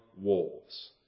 Wolves